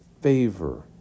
favor